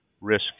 risk